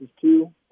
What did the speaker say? two